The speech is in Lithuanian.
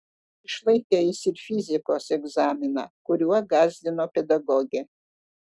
išlaikė jis ir fizikos egzaminą kuriuo gąsdino pedagogė